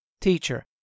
Teacher